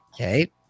Okay